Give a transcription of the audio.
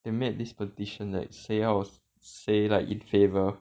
they made this petition like say out say like in favour